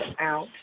out